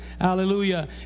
Hallelujah